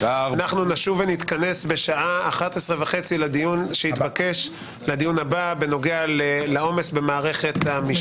אנחנו נשוב ונתכנס בשעה 11:30 לדיון הבא בנוגע לעומס במערכת המשפט.